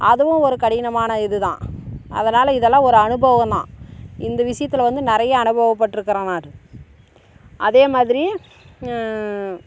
அதுவும் ஒரு கடினமாக இது தான் அதனால் இதெல்லாம் ஒரு அனுபவம் தான் இந்த விஷியத்தில் வந்து நிறையா அனுபவப்பட்டுருக்குறோம் நான் அதே மாதிரி